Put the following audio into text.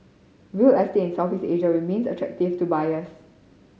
real estate in Southeast Asia remains attractive to buyers